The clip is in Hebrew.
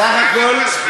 סך הכול,